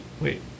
Wait